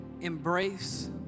embrace